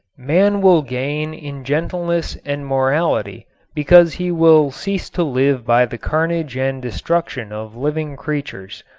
man will gain in gentleness and morality because he will cease to live by the carnage and destruction of living creatures.